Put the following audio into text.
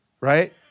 right